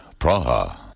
Praha